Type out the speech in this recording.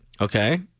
Okay